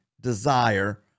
desire